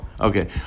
Okay